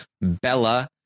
Bella